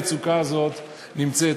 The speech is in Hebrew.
המצוקה הזאת נמצאת,